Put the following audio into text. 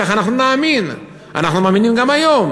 כך אנחנו נאמין, אנחנו מאמינים גם היום.